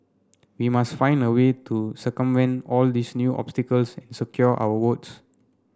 we must find a way to circumvent all these new obstacles secure our votes